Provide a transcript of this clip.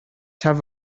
have